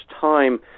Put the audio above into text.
time